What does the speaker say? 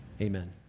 amen